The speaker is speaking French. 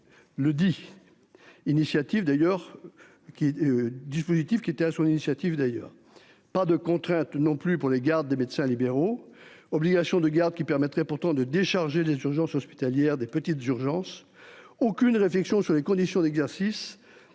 est. Dispositif qui était à son initiative d'ailleurs pas de contrainte non plus pour les gardes des médecins libéraux. Obligation de garde qui permettrait pourtant de décharger les urgences hospitalières des petites urgences aucune réflexion sur les conditions d'exercice